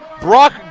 Brock